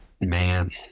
man